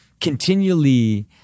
continually